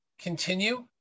continue